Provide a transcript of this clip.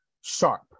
sharp